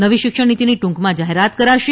નવી શિક્ષણ નીતિની ટૂંકમાં જાહેરાત કરાશે